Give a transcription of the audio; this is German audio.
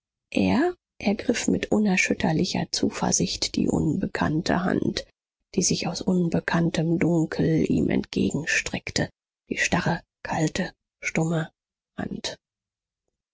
er ergriff mit unerschütterlicher zuversicht die unbekannte hand die sich aus unbekanntem dunkel ihm entgegenstreckte die starre kalte stumme hand